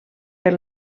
per